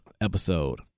episode